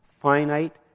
finite